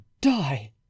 die